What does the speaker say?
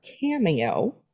cameo